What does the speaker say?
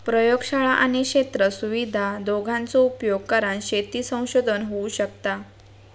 प्रयोगशाळा आणि क्षेत्र सुविधा दोघांचो उपयोग करान शेती संशोधन होऊ शकता